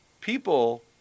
People